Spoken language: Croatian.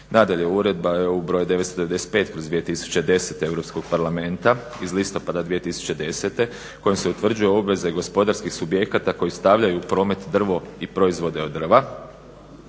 Nadalje, Uredba EU br. 995/2010 EU parlamenta iz listopada 2010.godine kojom se utvrđuju obveze gospodarskih subjekata koji stavljaju u promet drvo i proizvode od drva.